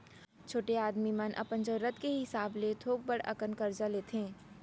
छोटे आदमी मन अपन जरूरत के हिसाब ले थोक बड़ अकन करजा लेथें